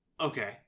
okay